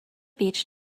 beach